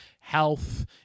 health